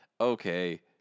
okay